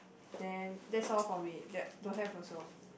then that's all for me that don't have also